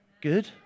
good